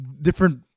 different